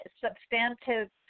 substantive